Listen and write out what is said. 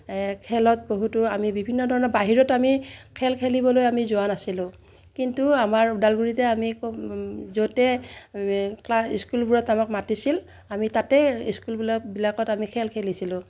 খেলত বহুতো আমি বিভিন্ন ধৰণৰ বাহিৰত আমি খেল খেলিবলৈ আমি যোৱা নাছিলোঁ কিন্তু আমাৰ ওদালগুৰিতে আমি য'তে ক্লাছ স্কুলবোৰত আমাক মাতিছিল আমি তাতেই স্কুলবিলাকবিলাকত আমি খেল খেলিছিলোঁ